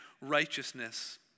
righteousness